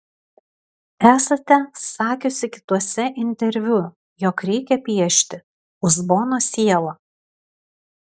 esate sakiusi kituose interviu jog reikia piešti uzbono sielą